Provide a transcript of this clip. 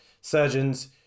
surgeons